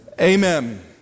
Amen